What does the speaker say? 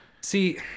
See